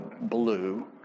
blue